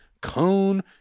Cone